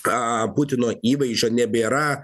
putino įvaizdžio nebėra